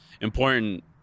important